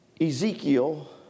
Ezekiel